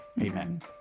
Amen